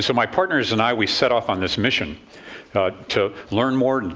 so my partners and i, we set off on this mission to learn more,